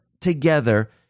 together